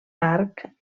arc